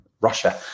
Russia